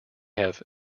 have